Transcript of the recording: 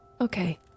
Okay